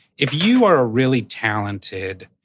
if you were a really talented,